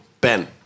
Ben